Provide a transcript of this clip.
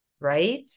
right